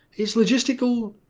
it's logistical,